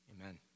Amen